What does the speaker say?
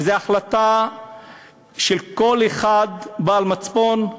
וזאת החלטה של כל אדם בעל מצפון,